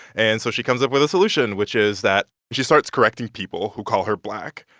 and so she comes up with a solution, which is that she starts correcting people who call her black,